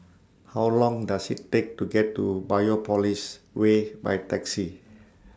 How Long Does IT Take to get to Biopolis Way By Taxi